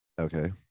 Okay